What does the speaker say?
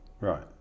Right